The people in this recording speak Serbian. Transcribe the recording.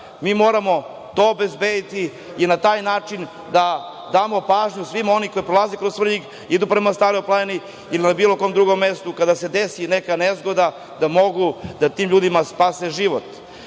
mi moramo to obezbediti i na taj način da damo pažnju svim onima koji prolaze kroz Svrljig i idu prema Staroj planini ili na bilo kom drugom mestu kada se desi neka nezgoda, da mogu da tim ljudima spasu život. Još